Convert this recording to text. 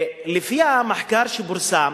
לפי המחקר שפורסם,